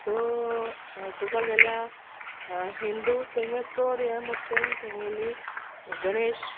so चोवपा गेल्यार हिंदू तेंगे चोड हें म्हुणटा तें तेंगेली गणेश